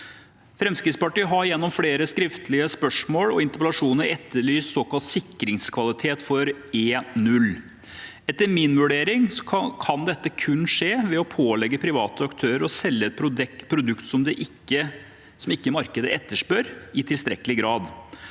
Fremskrittspartiet har gjennom flere skriftlige spørsmål og interpellasjoner etterlyst såkalt sikringskvalitet for E0. Etter min vurdering kan dette kun skje ved å pålegge private aktører å selge et produkt som markedet ikke etterspør i tilstrekkelig grad.